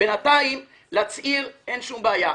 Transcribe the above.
כי להצהיר זה לא בעיה,